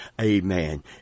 amen